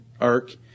Ark